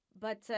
But-